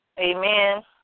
Amen